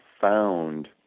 found